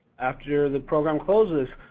after the program closes,